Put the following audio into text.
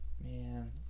Man